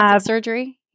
surgery